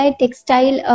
textile